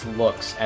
looks